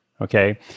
Okay